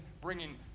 bringing